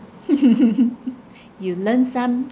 you learn some